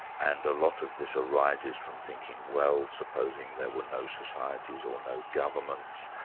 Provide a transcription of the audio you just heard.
and a lot of this arises from thinking well, supposing there were no societies or no governments,